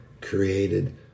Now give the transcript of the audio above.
created